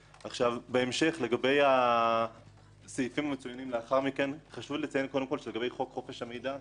לגבי הסעיפים לאחר מכן - לגבי חוק חופש המידע,